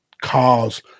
cars